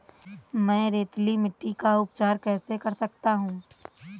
मैं रेतीली मिट्टी का उपचार कैसे कर सकता हूँ?